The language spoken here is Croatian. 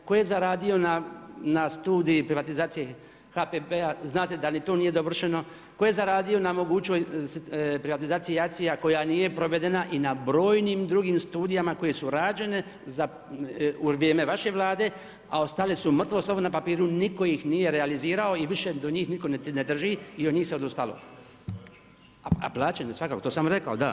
Tko je zaradio na studiji privatizaciji HPB-a, znate da ni to nije dovršeno, tko je zaradio na mogućoj privatizaciji ACI-a koja nije provedena i na brojnim drugim studijima, koje su rađene u vrijeme vaše Vlade, a ostale su mrtvo slovo na papiru, nitko ih nije realizirao i više do njih nitko ne drži i od njih se odustalo, a plaćen je svakako to sam rekao, da.